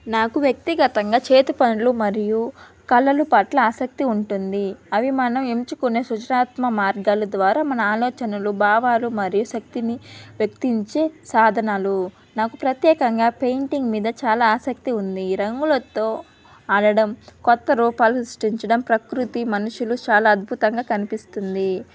నాకు వ్యక్తిగతంగా చేతి పనులు మరియు కళలు పట్ల ఆసక్తి ఉంటుంది అవి మనం ఎంచుకునే సృజనాత్మ మార్గాల ద్వారా మన ఆలోచనలు భావాలు మరియు శక్తిని వ్యక్తపరిచే సాధనాలు నాకు ప్రత్యేకంగా పెయింటింగ్ మీద చాలా ఆసక్తి ఉంది రంగులతో ఆడడం కొత్త రూపాలు సృష్టించడం ప్రకృతి మనుషులు చాలా అద్భుతంగా కనిపిస్తుంది